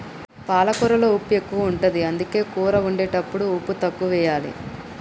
పాలకూరలో ఉప్పు ఎక్కువ ఉంటది, అందుకే కూర వండేటప్పుడు ఉప్పు తక్కువెయ్యాలి